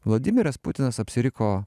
vladimiras putinas apsiriko